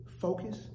focus